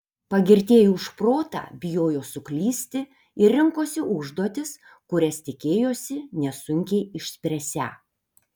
pagirtieji už protą bijojo suklysti ir rinkosi užduotis kurias tikėjosi nesunkiai išspręsią